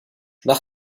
nach